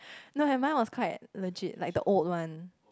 no had mine was quite legit like the oat one